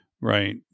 right